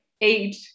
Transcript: eight